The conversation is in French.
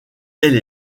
elle